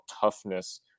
toughness –